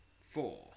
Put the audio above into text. Four